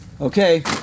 Okay